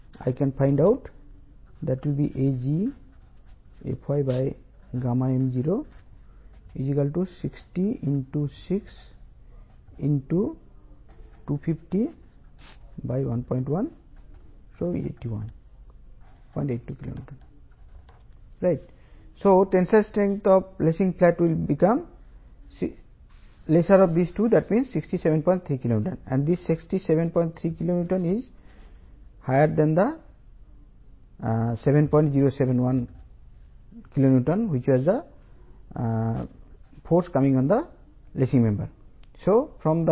071 kilonewton కంటే ఎక్కువగా ఉంటుంది ఇది లేసింగ్ మెంబెర్ పై వచ్చే ఫోర్స్